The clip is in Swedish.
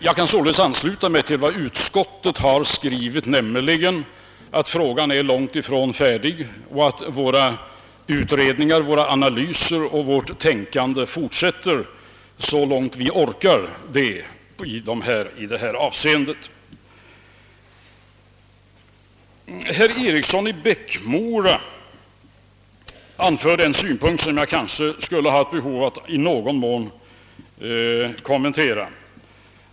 Jag kan således ansluta mig till vad utskottet har skrivit om att riksdagen långt ifrån är färdig med detta ärende, och att våra utredningar, våra analyser och vårt tänkande fortsätter så långt vi orkar. | Herr Eriksson i Bäckmora anförde en synpunkt som jag känner behov av att i någon mån kommentera.